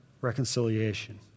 reconciliation